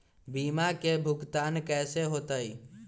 बीमा के भुगतान कैसे होतइ?